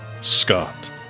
Scott